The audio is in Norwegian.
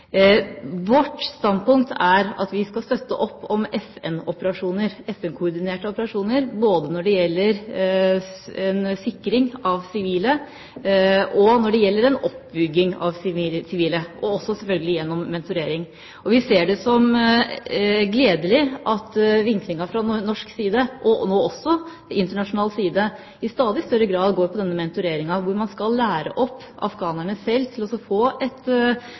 Vårt standpunkt er at vi skal støtte opp om FN-operasjoner, FN-koordinerte operasjoner, når det gjelder både sikring av sivile og oppbygging av sivile, og selvfølgelig også gjennom mentorering. Vi ser det som gledelig at vinklingen fra norsk side, og nå også fra internasjonal side, i stadig større grad går på denne mentoreringen, som går ut på at man skal lære opp afghanerne selv til å få et